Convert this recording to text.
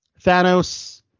thanos